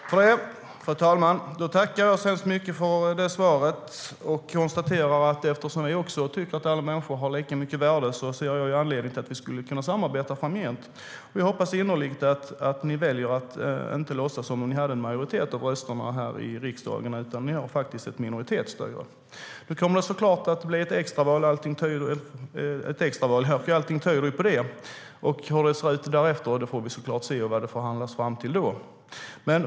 Fru talman! Jag tackar så mycket för svaret och konstaterar att eftersom också vi tycker att alla människor har lika mycket värde ser jag det som möjligt att vi skulle kunna samarbeta framgent. Jag hoppas innerligt att regeringspartierna väljer att inte låtsas som om de har en majoritet av rösterna i riksdagen. Det är faktiskt ett minoritetsstyre. Allt tyder på att det blir extra val, och hur det blir därefter får vi såklart se då, när vi ser vad som då förhandlas fram.